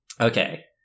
Okay